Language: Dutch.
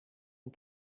een